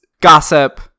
Gossip